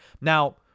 Now